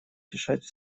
решать